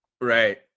Right